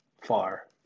far